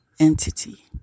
Entity